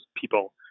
people